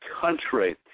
country